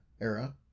era